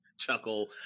chuckle